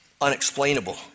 unexplainable